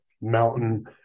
mountain